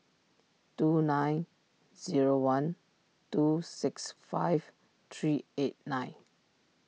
two nine zero one two six five three eight nine